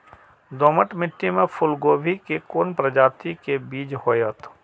दोमट मिट्टी में फूल गोभी के कोन प्रजाति के बीज होयत?